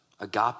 agape